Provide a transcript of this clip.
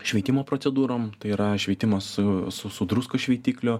šveitimo procedūrom tai yra šveitimas su su druskų šveitikliu